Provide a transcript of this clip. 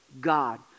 God